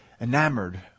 enamored